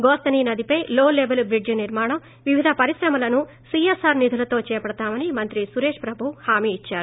గోస్తని నదిపై లో లెపెల్ బ్రిడ్జి నిర్మాణం వివిధ పరిశ్రమలను సీఎస్ఆర్ నిధులతో చేపడతామని మంత్రి సురేష్ ప్రభు హామీ ఇచ్చారు